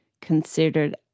considered